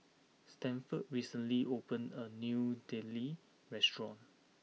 Stanford recently opened a new Idili restaurant